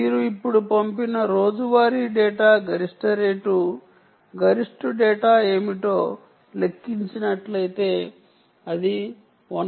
మీరు ఇప్పుడు పంపిన రోజువారీ డేటా గరిష్ట రేటు గరిష్ట డేటా ఏమిటో తిరిగి లెక్కించినట్లయితే అది 1